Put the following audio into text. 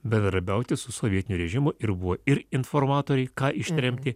bendradarbiauti su sovietiniu režimu ir buvo ir informatoriai ką ištremti